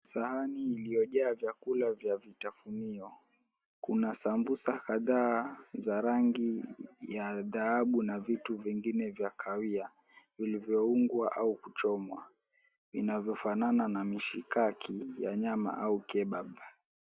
Sahani iliyojaa vyakula vya vitafunio, kuna sambusa kadhaa za rangi ya dhahabu na vitu vingine vya kahawia vilivyoungwa au kuchomwa vinavyofanana na mishikaki ya nyama au kebab .